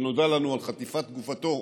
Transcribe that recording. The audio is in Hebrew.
ונודע לנו על חטיפת גופתו,